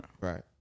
Right